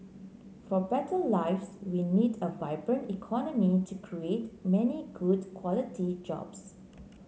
for better lives we need a vibrant economy to create many good quality jobs